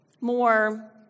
more